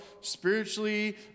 spiritually